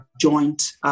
joint